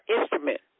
instrument